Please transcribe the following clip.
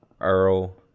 Earl